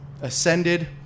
ascended